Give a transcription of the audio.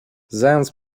zając